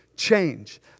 change